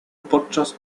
podczas